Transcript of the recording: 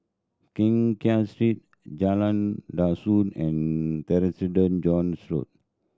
Keng Kiat Street Jalan Dusun and Road